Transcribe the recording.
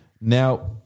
Now